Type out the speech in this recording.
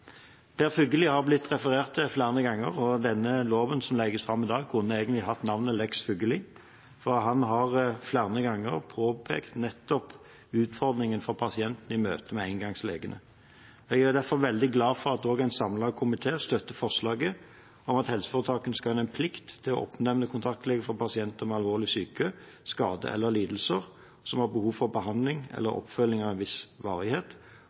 Per Fugelli har blitt referert til flere ganger, og denne loven som legges fram i dag, kunne egentlig hatt navnet «lex Fugelli», for han har flere ganger påpekt nettopp utfordringen for pasientene i møte med engangslegene. Jeg er derfor veldig glad for at en samlet komité støtter forslaget om at helseforetakene skal ha en plikt til å oppnevne kontaktlege for pasienter med alvorlig sykdom, skade eller lidelse, og som har behov for behandling eller oppfølging av en viss varighet,